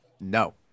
No